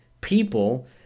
people